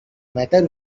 matter